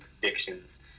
predictions